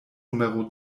numero